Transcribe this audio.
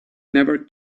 never